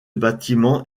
bâtiment